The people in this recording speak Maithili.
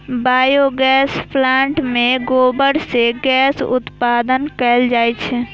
बायोगैस प्लांट मे गोबर सं गैस उत्पन्न कैल जाइ छै